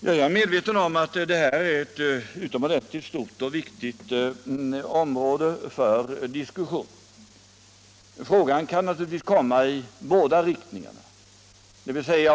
Jag är medveten om att det här är ett utomordentligt stort och viktigt 57 område för diskussion. Men låt mig vända på frågeställningen ett ögonblick.